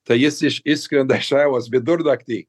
tai jis iš išskrenda iš ajavos vidurnaktį